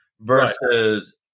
versus